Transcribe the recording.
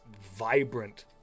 vibrant